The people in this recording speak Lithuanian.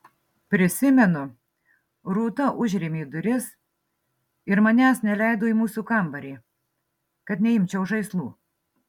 prisimenu rūta užrėmė duris ir manęs neleido į mūsų kambarį kad neimčiau žaislų